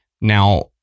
Now